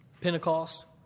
Pentecost